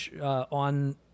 on